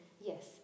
yes